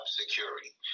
security